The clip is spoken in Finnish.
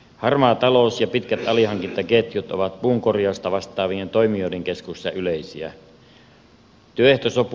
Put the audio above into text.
harmaa talous ja pitkät alihankintaketjut ovat puunkorjuusta vastaavien toimijoiden keskuudessa yleisiä